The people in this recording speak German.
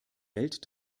welt